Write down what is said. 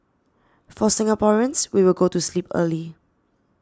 for Singaporeans we will go to sleep early